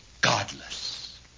godless